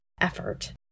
effort